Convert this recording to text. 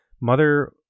Mother